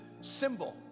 symbol